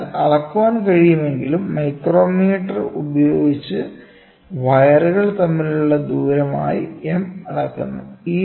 അതിനാൽ അളക്കാൻ കഴിയുമെങ്കിലും മൈക്രോമീറ്റർ ഉപയോഗിച്ച് വയറുകൾ തമ്മിലുള്ള ദൂരമായി M അളക്കുന്നു